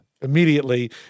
Immediately